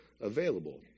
available